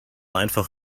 einfach